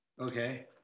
Okay